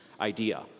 idea